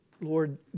Lord